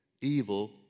evil